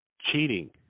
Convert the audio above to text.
Cheating